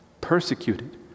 persecuted